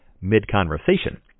Mid-conversation